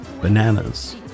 bananas